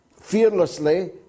fearlessly